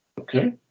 Okay